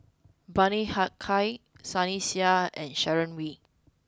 Bani Haykal Sunny Sia and Sharon Wee